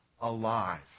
alive